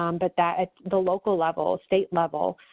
um but that at the local level, state level,